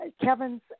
Kevin's